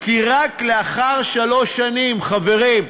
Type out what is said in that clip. כי רק לאחר שלוש שנים, חברים,